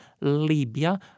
Libya